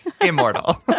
immortal